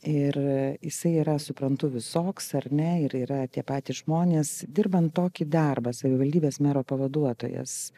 ir jisai yra suprantu visoks ar ne ir yra tie patys žmonės dirbant tokį darbą savivaldybės mero pavaduotojas